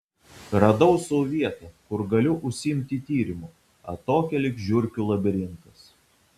radau sau vietą kur galiu užsiimti tyrimu atokią lyg žiurkių labirintas